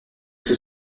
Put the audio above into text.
sous